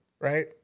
Right